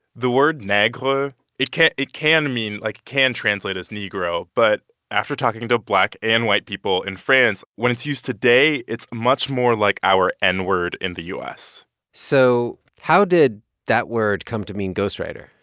the word negre it can it can mean like, can translate as negro. but after talking to black and white people in france, when it's used today, it's much more like our n-word in the u s so how did that word come to mean ghostwriter?